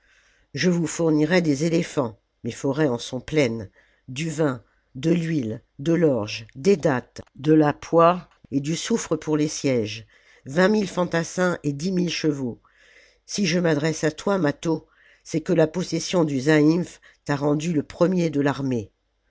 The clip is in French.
je vous fournirai des éléphants mes forêts en sont pleines du vin de l'huile de l'orge des dattes de la poix et du soufre pour les sièges vingt mille fantassins et dix mille chevaux si je m'adresse à toi mâtho c'est que la possession du zaïmph t'a rendu le premier de l'armée